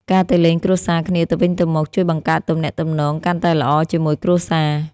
ការទៅលេងគ្រួសារគ្នាទៅវិញទៅមកជួយបង្កើតទំនាក់ទំនងកាន់តែល្អជាមួយគ្រួសារ។